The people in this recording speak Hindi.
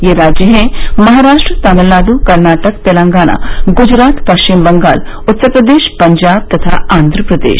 ये राज्य हैं महाराष्ट्र तमिलनाडु कर्नाटक तेलंगाना गुजरात पश्चिमबंगाल उत्तर प्रदेश पंजाब तथा आंघ्र प्रदेश